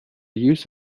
use